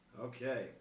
Okay